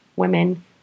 women